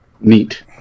neat